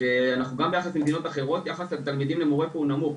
שאנחנו גם ביחס למדינות אחרות יחס התלמידים למורה פה הוא נמוך.